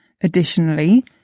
Additionally